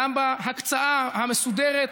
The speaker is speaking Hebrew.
גם בהקצאה המסודרת,